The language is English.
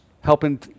helping